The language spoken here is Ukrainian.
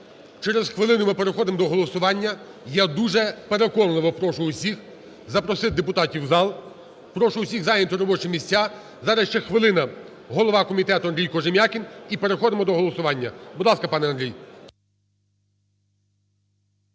через хвилину ми переходимо до голосування. Я дуже переконливо прошу всіх запросити депутатів у зал. Прошу всіх зайняти робочі місця. Зараз ще хвилина - голова комітету Андрій Кожем'якін, і переходимо до голосування. Будь ласка, пане Андрію.